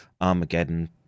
Armageddon